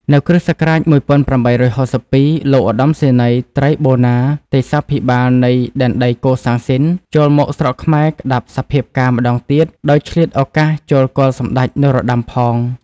នៅ គ.ស១៨៦២ លោកឧត្តមសេនីយត្រីបូណា ទេសាភិបាលនៃដែនដីកូសាំងស៊ីនចូលមកស្រុកខ្មែរក្តាប់សភាពការណ៍ម្តងទៀត ដោយឆ្លៀតឱកាសចូលគាល់សម្តេចនរោត្តម ផង។